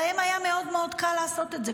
להם היה מאוד מאוד קל לעשות את זה,